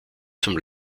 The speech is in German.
zum